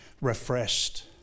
refreshed